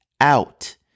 out